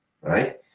right